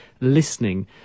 listening